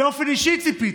באופן אישי ציפיתי,